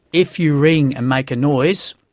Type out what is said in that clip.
if you ring and make a noise,